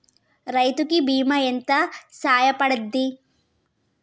రైతు కి బీమా ఎంత సాయపడ్తది?